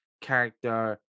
character